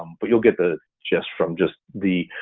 um but you'll get the gist from just the